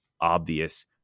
obvious